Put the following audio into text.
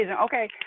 Okay